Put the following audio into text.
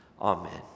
amen